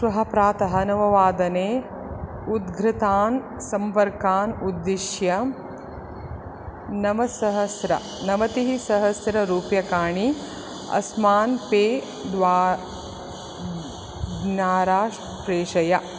श्वः प्रातः नववादने उद्धृतान् सम्पर्कान् उद्दिश्य नवसहस्रनवतिः सहस्ररूप्यकाणि अस्मान् पे द्वारा प्रेषय